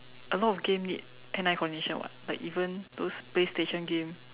a lot of game need hand eye coordination [what] like even those PlayStation game